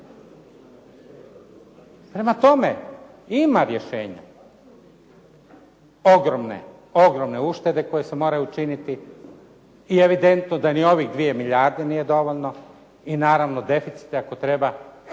Prema tome, ima rješenja. Ogromne, ogromne uštede koje se moraju učiniti i evidentno da ni ovih 2 milijarde nije dovoljno i naravno deficiti ako treba,